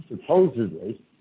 supposedly